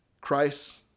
Christ